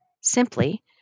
simply